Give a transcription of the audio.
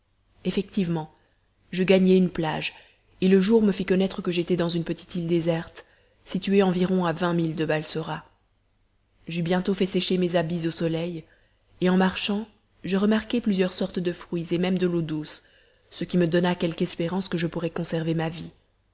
effectivement je gagnai une plage et le jour me fit connaître que j'étais dans une petite île déserte située environ à vingt milles de balsora j'eus bientôt fait sécher mes habits au soleil et en marchant je remarquai plusieurs sortes de fruits et même de l'eau douce ce qui me donna quelque espérance que je pourrais conserver ma vie